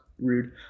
rude